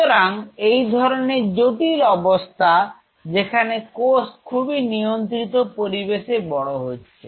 সুতরাং এই ধরনের জটিল অবস্থা যেখানে কোষ খুবই নিয়ন্ত্রিত পরিবেশে বড় হচ্ছে